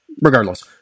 Regardless